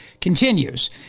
continues